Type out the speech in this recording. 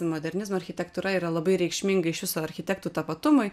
modernizmo architektūra yra labai reikšminga iš viso architektų tapatumui